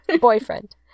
Boyfriend